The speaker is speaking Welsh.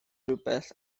rhywbeth